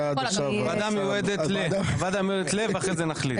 הוועדה המיועדת ל- ואחרי זה נחליט.